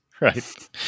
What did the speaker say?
right